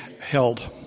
held